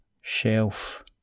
shelf